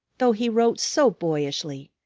though he wrote so boyishly,